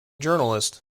journalist